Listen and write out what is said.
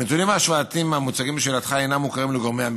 הנתונים ההשוואתיים המוצגים בשאלתך אינם מוכרים לגורמי המקצוע.